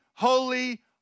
Holy